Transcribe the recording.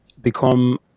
become